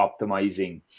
optimizing